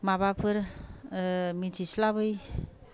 माबाफोर मिथिस्लाबै